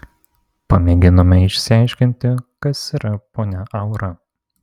pamėginome išsiaiškinti kas yra ponia aura